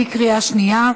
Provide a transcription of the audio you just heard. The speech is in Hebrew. בקריאה שנייה.